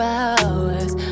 hours